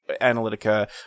analytica